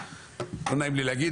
לא נעים לי להגיד,